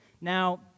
Now